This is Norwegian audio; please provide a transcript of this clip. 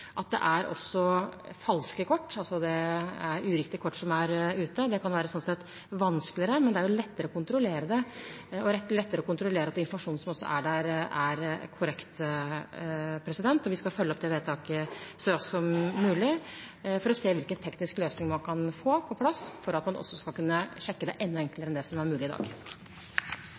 sier, at det også er falske og uriktige kort der ute. Det kan slik sett være vanskeligere, men det er lettere å kontrollere det og lettere å kontrollere at informasjonen som er der, er korrekt. Vi skal følge opp det vedtaket så raskt som mulig for å se hvilken teknisk løsning man kan få på plass for at man skal kunne sjekke det enda enklere enn det som er mulig i dag.